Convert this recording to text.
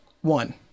One